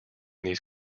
these